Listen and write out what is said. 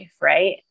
right